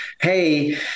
hey